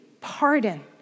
pardon